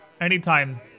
anytime